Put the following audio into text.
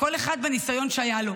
כל אחד בניסיון שהיה לו,